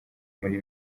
muri